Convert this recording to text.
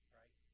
right